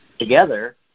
together